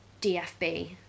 DFB